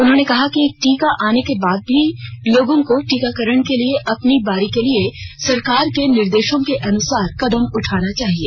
उन्होंने कहा कि टीका आने के बाद भी लोगों को टीकाकरण की अपनी बारी के लिए सरकार के निर्देशों के अनुसार कदम उठाना चाहिए